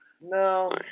No